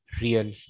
real